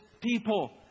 people